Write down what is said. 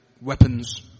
weapons